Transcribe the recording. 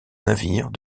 navires